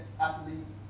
athletes